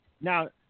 Now